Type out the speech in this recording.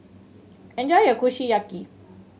enjoy your Kushiyaki